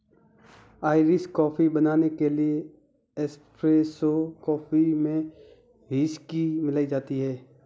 Irish coffee बनाने के लिए एस्प्रेसो कॉफी में व्हिस्की मिलाई जाती है